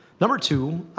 number two,